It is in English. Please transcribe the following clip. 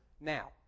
now